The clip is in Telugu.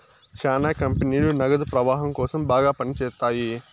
శ్యానా కంపెనీలు నగదు ప్రవాహం కోసం బాగా పని చేత్తాయి